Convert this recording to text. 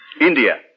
India